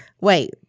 Wait